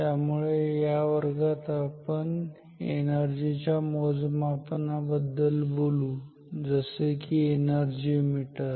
त्यामुळे या वर्गात आपण एनर्जी च्या मोजमापनाबद्दल बोलू जसे की एनर्जी मीटर